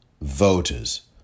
voters